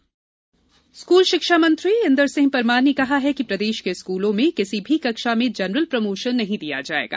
general promotion school शिक्षा मंत्री इन्दर सिंह परमार ने कहा कि प्रदेश के स्कूलों में किसी भी कक्षा में जनरल प्रमोशन नहीं दिया जाएगा